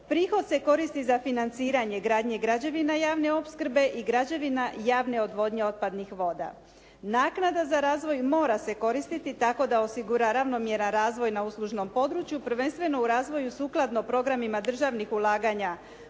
Prihod se koristi za financiranje gradnje građevina javne opskrbe i građevine javne odvodnje otpadnih voda. Naknada za razvoj mora se koristiti tako da osigura ravnomjeran razvoj na uslužnom području prvenstveno u razvoju sukladno programima državnih ulaganja